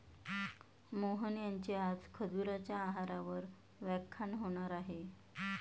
मोहन यांचे आज खजुराच्या आहारावर व्याख्यान होणार आहे